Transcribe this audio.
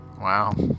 wow